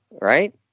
right